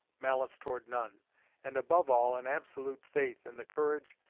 malice toward none and above all an absolute faith in the courage,